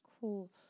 Cool